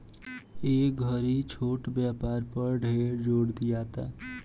ए घड़ी छोट व्यापार पर ढेर जोर दियाता